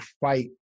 fight